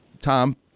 Tom